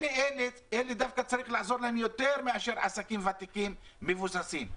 אלה דווקא צריך לעזור להם יותר מאשר לעסקים ותיקים ומבוססים,